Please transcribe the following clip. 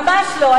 ממש לא.